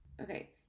Okay